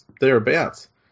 thereabouts